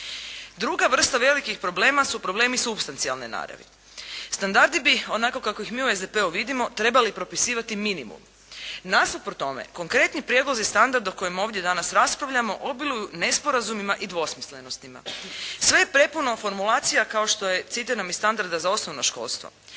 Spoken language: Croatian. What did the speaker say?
Druga vrsta velikih problema su problemi supstancijalne naravi. Standardi bi onako kako ih mi u SDP-u vidimo trebali propisivati minimum. Nasuprot tome, konkretni prijedlozi standarda o kojem ovdje danas raspravljamo obiluju nesporazumima i dvosmislenostima. Sve je prepuno formulacija kao što je citiram iz standarda za osnovno školstvo.